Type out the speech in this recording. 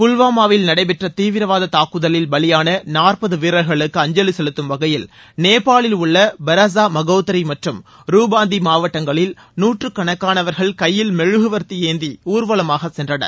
புல்வாமாவில் நடைபெற்ற தீவிரவாத தாக்குதலில் பலியான நாற்பது வீரர்களுக்ஞ் அஞ்சலி செலுத்தும் வகையில் நேபாளில் உள்ள பர்ஸா மகோத்தரி மற்றும் ருபாந்தி மாவட்டங்களில் நூற்றுக்கணக்கானவர்கள் கையில் மெழுகுவர்த்தி ஏந்தி ஊர்வலமாக சென்றனர்